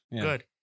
good